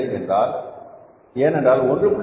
2 ஏனென்றால் 1